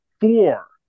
four